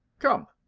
come,